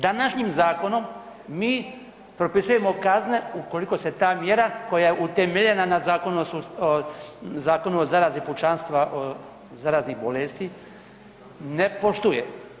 Današnjim zakonom mi propisujemo kazne ukoliko se ta mjera koja je utemeljena na Zakonu o zaštiti pučanstva od zaraznih bolesti ne poštuje.